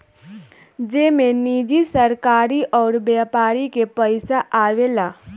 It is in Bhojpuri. जेमे निजी, सरकारी अउर व्यापार के पइसा आवेला